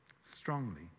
strongly